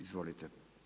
Izvolite.